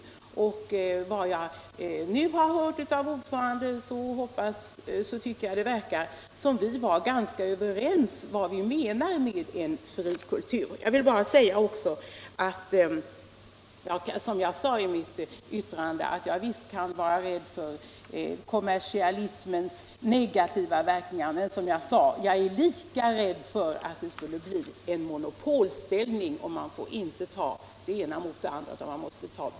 Efter vad vi nu har fått höra av utskottets ordförande tycker jag dock att det verkar som om vi var ganska överens om vad vi menar med en fri kultur. Slutligen vill jag också säga att visst kan vi vara rädda för kommersialismens negativa verkningar, men som jag tidigare sade är jag lika rädd för monopol. Man får, menar jag, inte ställa det ena mot det andra.